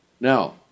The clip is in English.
Now